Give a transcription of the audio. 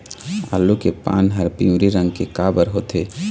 आलू के पान हर पिवरी रंग के काबर होथे?